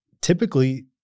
Typically